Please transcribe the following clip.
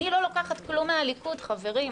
אני לא לוקחת כלום מהליכוד, חברים.